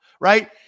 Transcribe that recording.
right